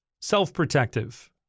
Self-protective